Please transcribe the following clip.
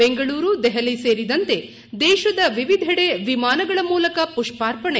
ಬೆಂಗಳೂರು ದೆಹಲಿ ಸೇರಿದಂತೆ ದೇಶದ ವಿವಿಧೆಡೆ ವಿಮಾನಗಳ ಮೂಲಕ ಪುಷ್ವಾರ್ಪಣೆ